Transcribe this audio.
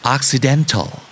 Occidental